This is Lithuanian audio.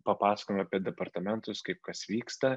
papasakojam apie departamentus kaip kas vyksta